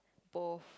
both